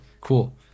Cool